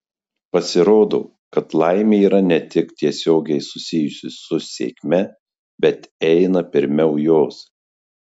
pasirodo kad laimė yra ne tik tiesiogiai susijusi su sėkme bei eina pirmiau jos